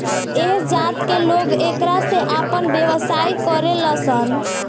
ऐह जात के लोग एकरे से आपन व्यवसाय करेलन सन